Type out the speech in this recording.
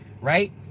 right